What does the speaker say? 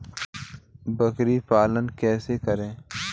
बकरी पालन कैसे करें?